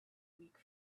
weak